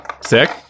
Sick